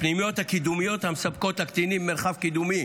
הפנימיות הקידומיות המספקות לקטינים מרחב קידומי